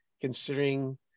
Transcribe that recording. Considering